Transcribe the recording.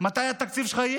מתי יהיה התקציב שלך.